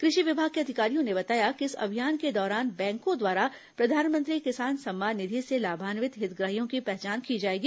कृषि विभाग के अधिकारियों ने बताया कि इस अभियान के दौरान बैंकों द्वारा प्रधानमंत्री किसान सम्मान निधि से लाभान्वित हितग्राहियों की पहचान की जाएगी